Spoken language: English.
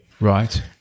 Right